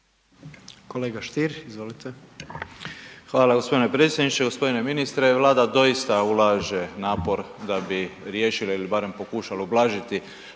Davor Ivo (HDZ)** Hvala gospodine predsjedniče. Gospodine ministre, Vlada doista ulaže napor da bi riješila ili barem pokušala ublažiti